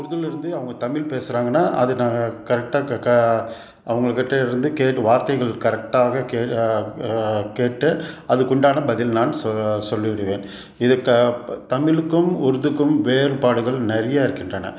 உருதுலருந்து அவங்க தமிழ் பேசுகிறாங்கன்னா அது நாங்கள் கரெக்டாக கா அவங்கக்கிட்ட இருந்து கேட்டு வார்த்தைகள் கரெக்டாக கே கேட்டு அதற்குண்டான பதில் நான் சொ சொல்லிவிடுவேன் இதற்கு தமிழக்கும் உருதுக்கும் வேறுபாடுகள் நிறையா இருக்கின்றன